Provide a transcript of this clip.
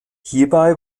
hierbei